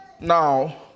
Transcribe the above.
Now